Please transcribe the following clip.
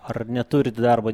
ar neturit darbo